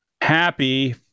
happy